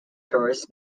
tourists